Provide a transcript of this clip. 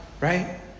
Right